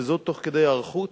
וזאת תוך כדי היערכות